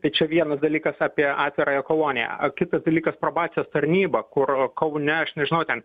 tai čia vienas dalykas apie atvirąją koloniją o kitas dalykas probacijos tarnyba kur kaune aš nežinau ten